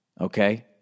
okay